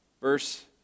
Verse